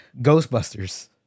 Ghostbusters